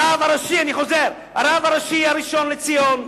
הרב הראשי, הראשון לציון,